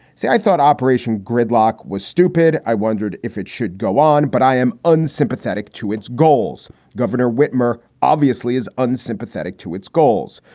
so i thought operation gridlock was stupid. i wondered if it should go on but i am unsympathetic to its goals. governor wittmer obviously is unsympathetic to its goals.